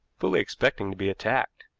fully expecting to be attacked.